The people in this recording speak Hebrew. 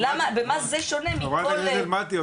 במה זה שונה מכל --- חברת הכנסת מטי,